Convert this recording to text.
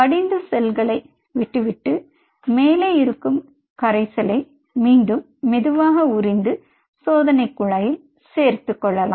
படிந்த செல்களை விட்டுவிட்டு மேலே இருக்கும் கரைசலை மீண்டும் மெதுவாக உறிந்து சோதனை குழாயில் எடுத்துக்கொள்ளலாம்